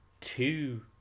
two